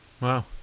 Wow